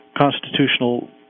constitutional